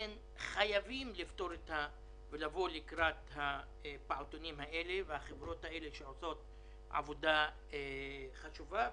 חייבים לבוא לקראת הפעוטונים האלה שעושים עבודה חשובה.